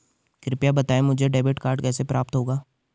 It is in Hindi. कृपया बताएँ मुझे डेबिट कार्ड कैसे प्राप्त होगा?